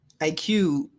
IQ